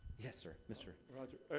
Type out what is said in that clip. yes, sir mister ah, roger.